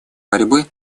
борьбы